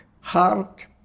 heart